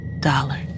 dollar